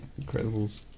Incredibles